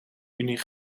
unie